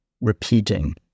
repeating